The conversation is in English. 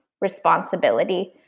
responsibility